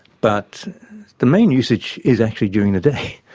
but the main usage is actually during the day.